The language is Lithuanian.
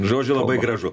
žodžiu labai gražu